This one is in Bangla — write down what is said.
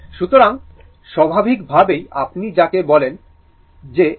সুতরাং স্বাভাবিকভাবেই আপনি যাকে বলতে পারেন যে iinfinity VsR